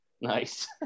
Nice